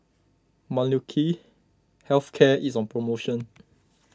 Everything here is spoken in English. Molnylcke Health Care is on promotion